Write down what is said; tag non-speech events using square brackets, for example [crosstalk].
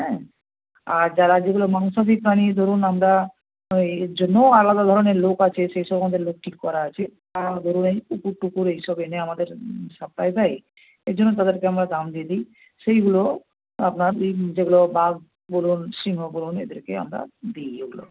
হ্যাঁ আর যারা যেগুলো মাংসাশী প্রাণী ধরুন আমরা ওই জন্যও আলাদা ধরণের লোক আছে সে সব আমাদের লোক ঠিক করা আছে [unintelligible] তারা ধরুন এই কুকুর টুকুর এইসব এনে আমাদের সাপ্লাই দেয় এজন্য তাদেরকে আমরা দাম দিয়ে দিই সেইগুলো আপনার ওই যেগুলো বাঘ বলুন সিংহ বলুন এদেরকে আমরা দিই ওগুলো